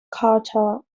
carter